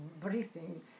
breathing